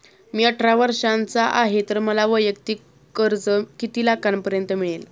मी अठरा वर्षांचा आहे तर मला वैयक्तिक कर्ज किती लाखांपर्यंत मिळेल?